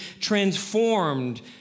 transformed